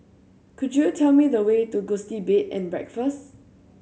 could you tell me the way to Gusti Bed and Breakfast